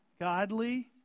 Godly